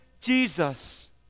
Jesus